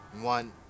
one